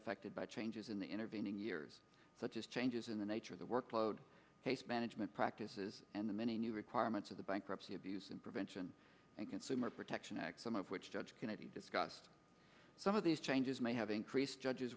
affected by changes in the intervening years such as changes in the nature of the workload case management practices and the many new requirements of the bankruptcy abuse and prevention and consumer protection act some of which judge kennedy discussed some of these changes may have increased judge